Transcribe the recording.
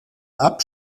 jahr